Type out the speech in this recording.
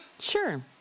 Sure